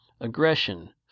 aggression